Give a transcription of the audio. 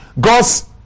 God's